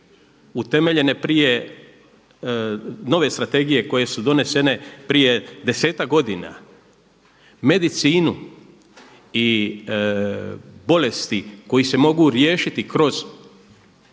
utemeljene prije nove strategije koje su donesene prije desetak godina, medicinu i bolesti kojih se mogu riješiti kroz